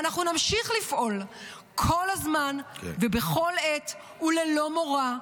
ואנחנו נמשיך לפעול כל הזמן ובכל עת וללא מורא.